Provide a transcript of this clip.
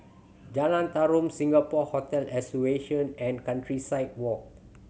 Jalan Tarum Singapore Hotel Association and Countryside Walk